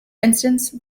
instance